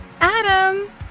Adam